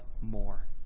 more